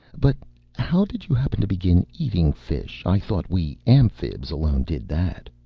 but how did you happen to begin eating fish? i thought we amphibs alone did that.